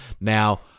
Now